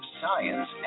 science